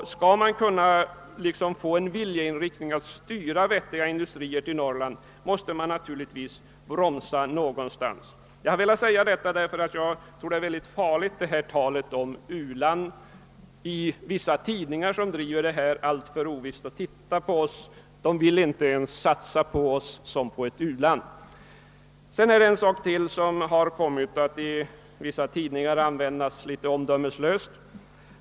Om man skall kunna få till stånd en viljeinriktning att styra vettiga industrier till Norrland måste man naturligtvis också bromsa någonstans. Jag har velat säga detta därför att jag tror att talet om u-land är farligt. Vissa tidningar som driver denna tes vill inte ens satsa på Norrland som på ett u-land. Jag vill sedan beröra en sak som i vissa tidningar kommit att användas litet omdömeslöst.